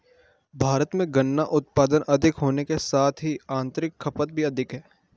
भारत में गन्ना उत्पादन अधिक होने के साथ ही आतंरिक खपत भी अधिक है